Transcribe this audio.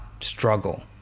struggle